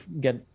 get